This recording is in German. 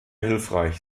hilfreich